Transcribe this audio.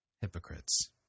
hypocrites